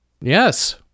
Yes